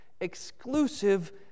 exclusive